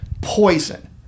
poison